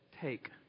take